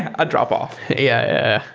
i'd drop off. yeah.